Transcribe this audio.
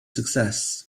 success